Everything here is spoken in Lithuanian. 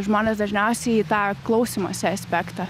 žmonės dažniausiai į tą klausymosi aspektą